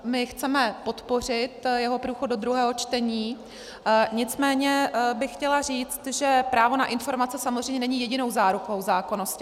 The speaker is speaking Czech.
My chceme podpořit jeho průchod do druhého čtení, nicméně bych chtěla říct, že právo na informace samozřejmě není jedinou zárukou zákonnosti.